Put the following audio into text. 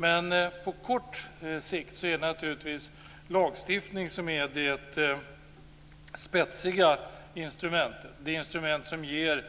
Men på kort sikt är det lagstiftningen som är det spetsiga instrumentet och det instrument som ger